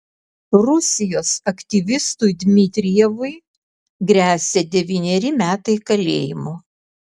rusijos aktyvistui dmitrijevui gresia devyneri metai kalėjimo